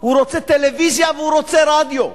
הוא רוצה טלוויזיה והוא רוצה רדיו.